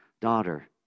daughter